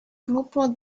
grupos